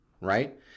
Right